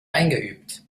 eingeübt